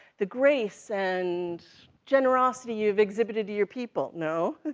the grace and generosity you've exhibited to your people. no,